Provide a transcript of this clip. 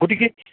গতিকে